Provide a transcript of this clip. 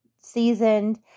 seasoned